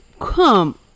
come